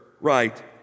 right